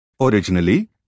Originally